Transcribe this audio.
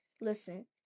Listen